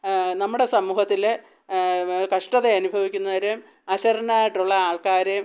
നമ്മുടെ സമൂഹത്തിൽ കഷ്ടത അനുഭവിക്കുന്നവരെയും അശരണായിട്ടുള്ള ആൾക്കാരെയും